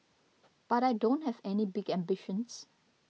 but I don't have any big ambitions